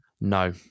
No